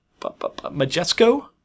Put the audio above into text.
Majesco